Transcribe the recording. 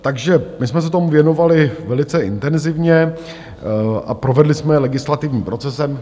Takže my jsme se tomu věnovali velice intenzivně a provedli jsme je legislativním procesem.